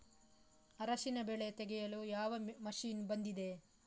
ಅರಿಶಿನ ಬೆಳೆ ತೆಗೆಯಲು ಯಾವ ಮಷೀನ್ ಬಂದಿದೆ?